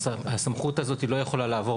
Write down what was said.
הסמכות הזאת לא יכולה לעבור,